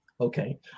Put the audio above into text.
okay